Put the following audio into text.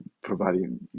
providing